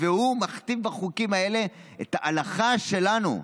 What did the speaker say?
והוא מכתיב בחוקים האלה את ההלכה שלנו,